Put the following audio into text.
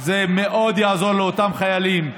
זה מאוד יעזור לאותם חיילים סדירים,